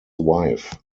wife